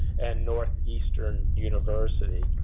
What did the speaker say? and northeastern university.